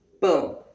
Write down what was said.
boom